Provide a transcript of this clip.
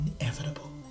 inevitable